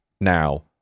now